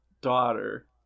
daughter